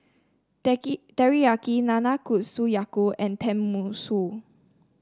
Teriyaki Nanakusa Gayu and Tenmusu